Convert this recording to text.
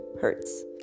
hurts